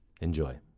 enjoy